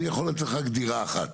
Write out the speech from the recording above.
אני יכול לתת לך רק דירה אחת.